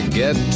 get